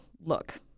Look